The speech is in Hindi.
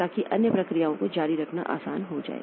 ताकि अन्य प्रक्रियाओं को जारी रखना आसान हो जाए